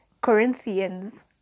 Corinthians